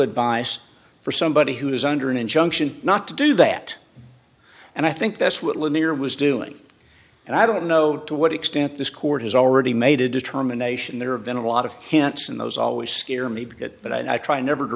advice for somebody who is under an injunction not to do that and i think that's what lanier was doing and i don't know to what extent this court has already made a determination there have been a lot of hints and those always scare me to get but i try never to